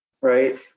right